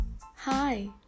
Hi